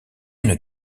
une